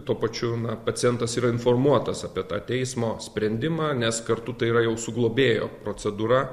tuo pačiu na pacientas yra informuotas apie tą teismo sprendimą nes kartu tai yra jau su globėjo procedūra